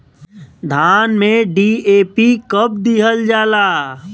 धान में डी.ए.पी कब दिहल जाला?